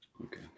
Okay